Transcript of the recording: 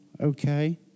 okay